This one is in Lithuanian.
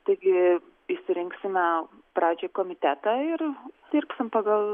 taigi išsirinksime pradžiai komitetą ir dirbsim pagal